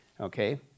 okay